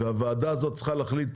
והוועדה הזאת צריכה להמשיך